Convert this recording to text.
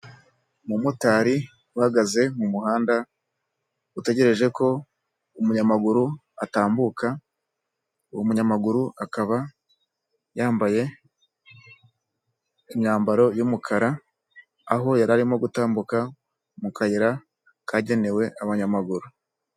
Umumotari uhagaze mu muhanda, utegereje ko umunyamaguru atambuka, uwo munyamaguru akaba yambaye imyambaro y'umukara, aho yari arimo gutambuka mu kayira kagenewe abanyamaguru.